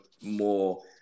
more